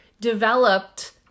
developed